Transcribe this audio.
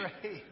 great